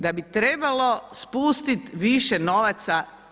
Da bi trebalo spustiti više novaca.